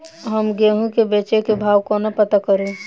हम गेंहूँ केँ बेचै केँ भाव कोना पत्ता करू?